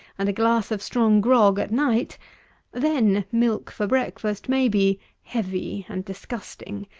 and a glass of strong grog at night then milk for breakfast may be heavy and disgusting,